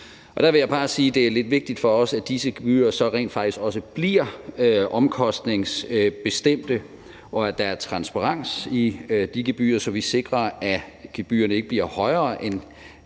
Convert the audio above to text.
det er lidt vigtigt for os, at disse gebyrer så rent faktisk også bliver omkostningsbestemte, og at der er transparens i de gebyrer, så vi sikrer, at gebyrerne ikke bliver højere end det,